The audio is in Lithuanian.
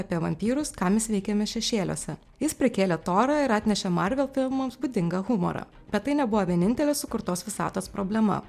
apie vampyrus ką mes veikiame šešėliuose jis prikėlė torą ir atnešė marvel filmams būdingą humorą bet tai nebuvo vienintelė sukurtos visatos problema